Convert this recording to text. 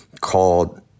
called